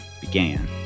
began